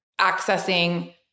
accessing